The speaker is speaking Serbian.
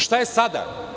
Šta je sada?